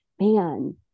man